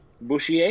Boucher